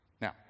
Now